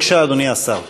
בבקשה, אדוני השר.